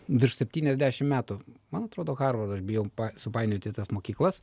virš septyniasdešimt metų man atrodo harvardas aš bijau pa supainioti tas mokyklas